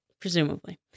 Presumably